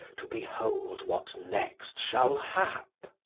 to behold what next shall hap.